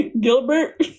Gilbert